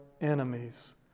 enemies